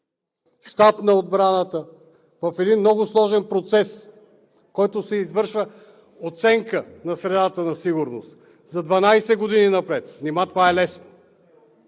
Щаб на отбраната – в един много сложен процес, в който се извършва оценка на средата на сигурност за 12 години напред! Нима това е лесно!